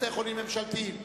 בתי-חולים ממשלתיים.